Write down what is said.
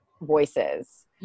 voices